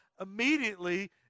immediately